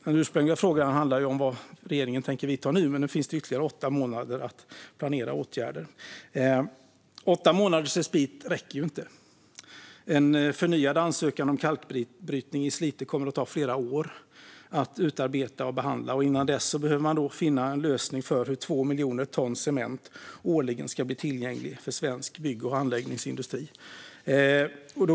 Den ursprungliga frågan handlade om vad regeringen tänker vidta nu, men nu finns det ytterligare åtta månader att planera åtgärder. Åtta månaders respit räcker inte. En förnyad ansökan om kalkbrytning i Slite kommer att ta flera år att utarbeta och behandla. Innan dess behöver man finna en lösning för hur 2 miljoner ton cement årligen ska bli tillgängligt för svensk bygg och anläggningsindustri.